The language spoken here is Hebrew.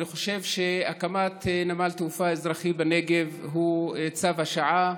אני חושב שהקמת נמל תעופה אזרחי בנגב היא צו השעה,